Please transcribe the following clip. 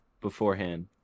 Beforehand